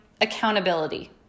accountability